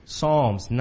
Psalms